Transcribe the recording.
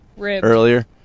earlier